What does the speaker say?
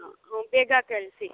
ಹಾಂ ಬೇಗ ಕಳ್ಸಿ